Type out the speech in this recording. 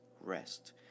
rest